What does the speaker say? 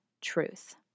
truth